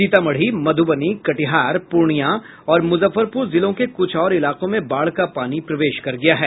सीतामढ़ी मधुबनी कटिहार पूर्णिया और मुजफ्फरपुर जिलों के कुछ और इलाकों में बाढ़ का पानी प्रवेश कर गया है